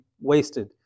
wasted